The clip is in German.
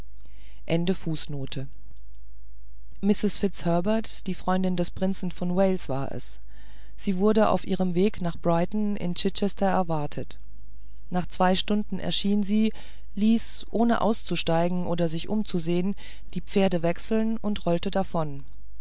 die brüche die freundin des prinzen von wales war es sie wurde auf ihrem wege nach brighton in chichester erwartet nach zwei stunden erschien sie ließ ohne auszusteigen oder sich umzusehen die pferde wechseln und rollte davon